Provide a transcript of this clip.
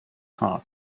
heart